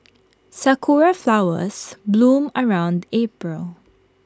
Sakura Flowers bloom around April